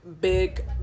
Big